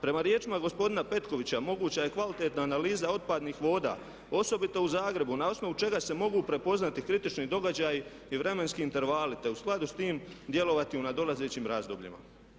Prema riječima gospodina Petkovića moguća je kvalitetna analiza otpadnih voda, osobito u Zagrebu, na osnovu čega se mogu prepoznati kritični događaji i vremenski intervali te u skladu s tim djelovati u nadolazećim razdobljima.